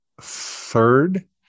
third